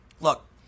look